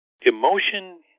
emotion